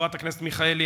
חברת הכנסת מיכאלי,